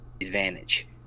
advantage